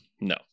no